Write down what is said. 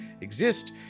exist